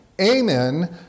Amen